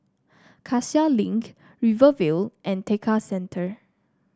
Cassia Link Rivervale and Tekka Centre